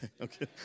Okay